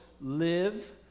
live